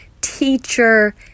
teacher